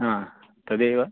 हा तदेव